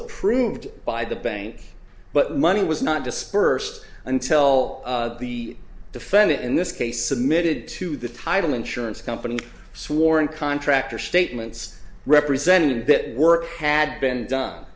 approved by the bank but money was not dispersed until the defendant in this case submitted to the title insurance company swore in contractor statements represented that work had been done